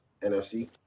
NFC